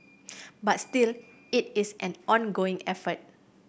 but still it is an ongoing effort